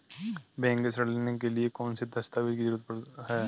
Bank से ऋण लेने के लिए कौन से दस्तावेज की जरूरत है?